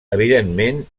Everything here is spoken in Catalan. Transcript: evidentment